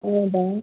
ಹೌದಾ